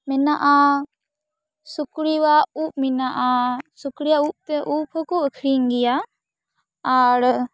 ᱢᱮᱱᱟᱜᱼᱟ ᱥᱩᱠᱨᱤᱭᱟᱜ ᱩᱵ ᱢᱮᱱᱟᱜᱼᱟ ᱥᱩᱠᱨᱤᱭᱟᱜ ᱩᱵ ᱛᱮ ᱩᱵ ᱦᱚᱠᱚ ᱟᱠᱷᱨᱤᱧ ᱜᱮᱭᱟ ᱟᱨ